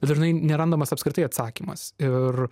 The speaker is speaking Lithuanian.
dažnai nerandamas apskritai atsakymas ir